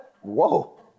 Whoa